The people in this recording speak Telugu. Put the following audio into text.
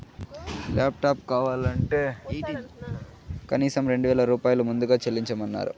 లాప్టాప్ కావాలంటే కనీసం రెండు వేల రూపాయలు ముందుగా చెల్లించమన్నరు